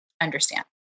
understand